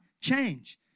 change